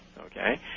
Okay